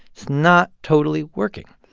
it's not totally working.